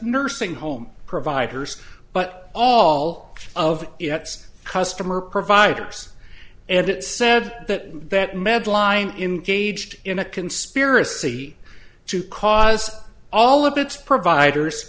nursing home providers but all of its customer providers and it said that that medline in gauged in a conspiracy to cause all of its providers